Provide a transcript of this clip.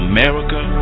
America